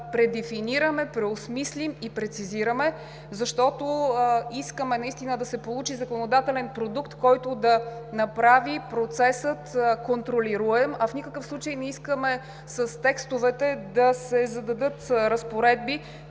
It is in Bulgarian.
предефинираме, преосмислим и прецизираме, защото искаме да се получи законодателен продукт, който да направи процеса контролируем. В никакъв случай не искаме с текстовете да се зададат разпоредби,